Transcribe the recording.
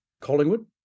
Collingwood